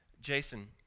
Jason